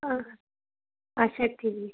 آہ اچھا ٹھیٖک